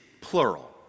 plural